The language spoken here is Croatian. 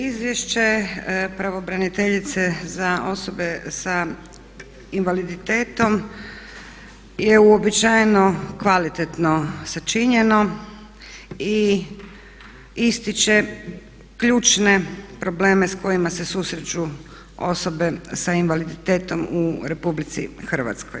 Izvješće pravobraniteljice za osobe sa invaliditetom je uobičajeno kvalitetno sačinjeno i ističe ključne probleme s kojima se susreću osobe sa invaliditetom u RH.